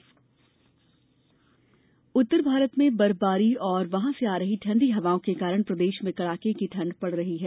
मौसम उत्तर भारत में बर्फबारी और वहां से आ रही ठंडी हवाओं के कारण प्रदेश में कड़ाके की ठंड पड़ रही है